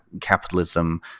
capitalism